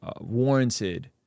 warranted